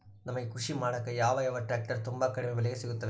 ನಮಗೆ ಕೃಷಿ ಮಾಡಾಕ ಯಾವ ಟ್ರ್ಯಾಕ್ಟರ್ ತುಂಬಾ ಕಡಿಮೆ ಬೆಲೆಗೆ ಸಿಗುತ್ತವೆ?